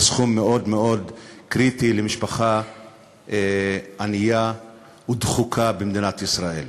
זה סכום מאוד מאוד קריטי למשפחה ענייה ודחוקה במדינת ישראל.